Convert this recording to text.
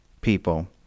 people